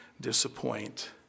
disappoint